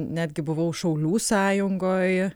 netgi buvau šaulių sąjungoj